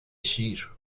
شیر